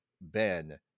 ben